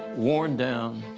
worn down,